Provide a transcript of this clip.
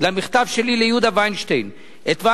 למכתב שלי ליהודה וינשטיין את עניין